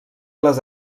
les